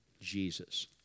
Jesus